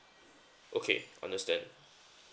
okay understand